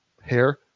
hair